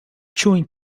chewing